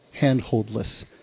handholdless